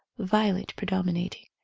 violet predominating.